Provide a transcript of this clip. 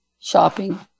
Shopping